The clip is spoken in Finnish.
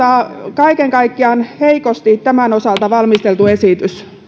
kaiken kaikkiaan heikosti tämän osalta valmisteltu esitys